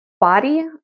body